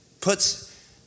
puts